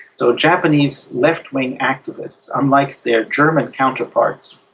so japanese left-wing activists, unlike their german counterparts,